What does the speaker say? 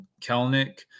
Kelnick